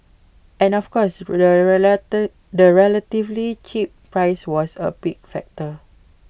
and of course the relatively cheap price was A big factor